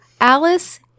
alice